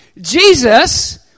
Jesus